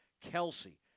kelsey